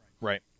right